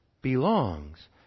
belongs